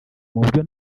mubyo